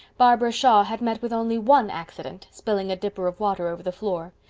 barbara shaw had met with only one accident. spilling a dipper of water over the floor.